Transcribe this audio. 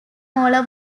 molar